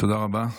תודה רבה.